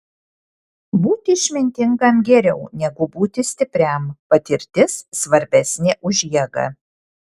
būti išmintingam geriau negu būti stipriam patirtis svarbesnė už jėgą